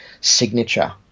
signature